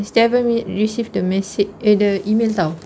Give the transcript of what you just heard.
received the message eh the email [tau]